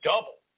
Double